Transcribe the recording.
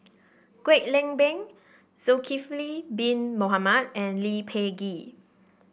Kwek Leng Beng Zulkifli Bin Mohamed and Lee Peh Gee